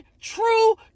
true